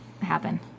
happen